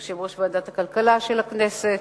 יושב-ראש ועדת הכלכלה של הכנסת,